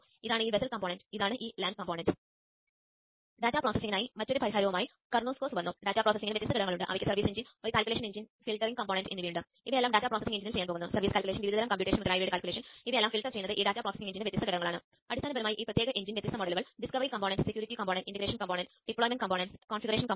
ഇതാണ് ഇവിടെയുള്ള മറ്റൊരു കോഡ് നമ്മൾ ഡിജി മെഷ് ലൈബ്രറി പോകുന്നു